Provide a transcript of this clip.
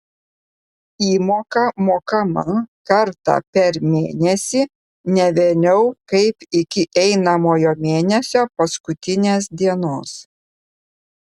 įmoka mokama kartą per mėnesį ne vėliau kaip iki einamojo mėnesio paskutinės dienos